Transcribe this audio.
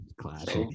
classic